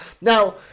Now